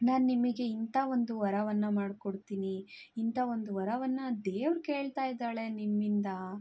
ನಾನು ನಿಮಗೆ ಇಂಥಾ ಒಂದು ವರವನ್ನು ಮಾಡ್ಕೊಡ್ತೀನಿ ಇಂಥ ಒಂದು ವರವನ್ನು ದೇವ್ರು ಕೇಳ್ತಾ ಇದ್ದಾಳೆ ನಿಮ್ಮಿಂದ